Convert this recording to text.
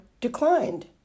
declined